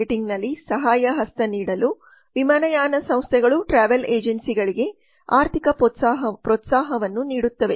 ಮಾರ್ಕೆಟಿಂಗ್ನಲ್ಲಿ ಸಹಾಯ ಹಸ್ತ ನೀಡಲು ವಿಮಾನಯಾನ ಸಂಸ್ಥೆಗಳು ಟ್ರಾವೆಲ್ ಏಜೆನ್ಸಿಗಳಿಗೆ ಆರ್ಥಿಕ ಪ್ರೋತ್ಸಾಹವನ್ನು ನೀಡುತ್ತವೆ